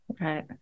Right